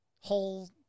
whole